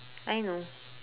I know